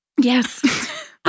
Yes